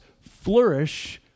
flourish